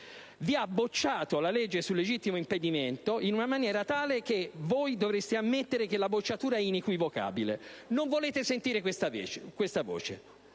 ha bocciato la legge sul legittimo impedimento in maniera tale che voi dovreste ammettere essere inequivocabile. Non volete sentire questa voce.